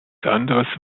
anderes